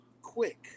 quick